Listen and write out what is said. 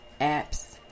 apps